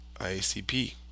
IACP